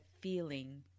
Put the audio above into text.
feeling